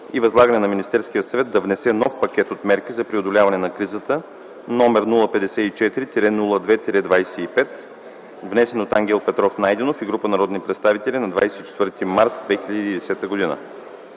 и възлагане на Министерския съвет да внесе нов пакет от мерки за преодоляване на кризата, № 054-02-25, внесен от Ангел Петров Найденов и група народни представители на 24.03.2010 г.